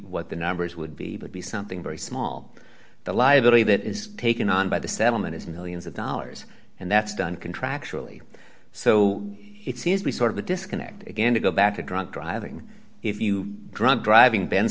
what the numbers would be but be something very small the liability that is taken on by the settlement is millions of dollars and that's done contractually so it seems we sort of a disconnect again to go back to drunk driving if you drunk driving b